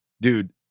dude